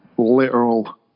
literal